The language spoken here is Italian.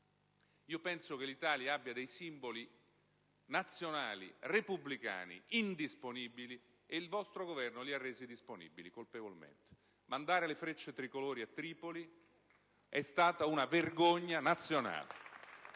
Penso che l'Italia abbia dei simboli nazionali, repubblicani, indisponibili e che il vostro Governo li abbia colpevolmente resi disponibili. Mandare le Frecce tricolori a Tripoli è stata una vergogna nazionale.